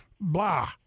blah